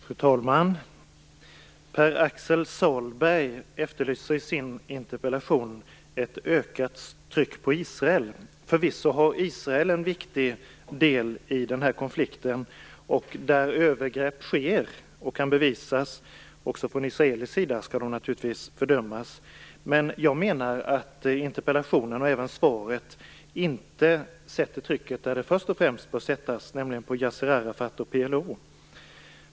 Fru talman! Pär-Axel Sahlberg efterlyser i sin interpellation ett ökat tryck på Israel. Förvisso har Israel en viktig del i konflikten. Där övergrepp från israelisk sida sker och kan bevisas skall de naturligtvis fördömas. Men jag menar att interpellationen, och även svaret, inte sätter trycket där det först och främst bör sättas - nämligen på Yassir Arafat och PLO.